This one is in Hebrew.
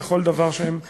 לכל דבר שהם ירצו בו.